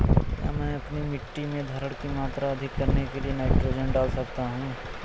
क्या मैं अपनी मिट्टी में धारण की मात्रा अधिक करने के लिए नाइट्रोजन डाल सकता हूँ?